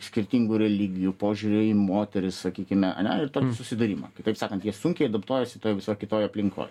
skirtingų religijų požiūrio į moteris sakykime ane ir tokį susidūrimą kitaip sakant jie sunkiai adaptuojasi toj visoj kitoj aplinkoj